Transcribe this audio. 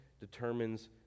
determines